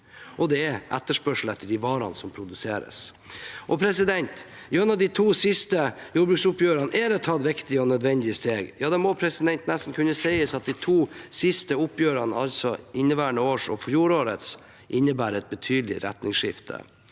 og det er etterspørsel etter de varene som produseres. Gjennom de to siste jordbruksoppgjørene er det tatt viktige og nødvendige steg – ja, det må nesten kunne sies at de to siste oppgjørene, altså inneværende års og fjorårets, innebærer et betydelig retningsskifte.